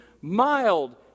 Mild